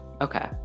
okay